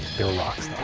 bill locks